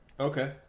Okay